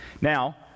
Now